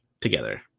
together